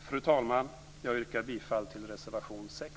Fru talman! Jag yrkar bifall till reservation 6.